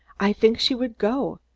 i think she would go,